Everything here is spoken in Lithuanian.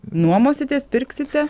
nuomositės pirksite